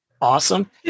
awesome